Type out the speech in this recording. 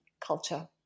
culture